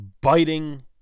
biting